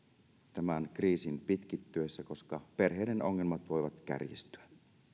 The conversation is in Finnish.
tämän kriisin pitkittyessä koska perheiden ongelmat voivat kärjistyä